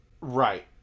Right